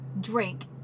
drink